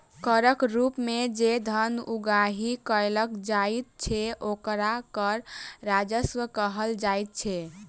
करक रूप मे जे धन उगाही कयल जाइत छै, ओकरा कर राजस्व कहल जाइत छै